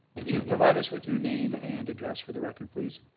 would you provide us with your name and address for the record please?